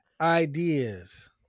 ideas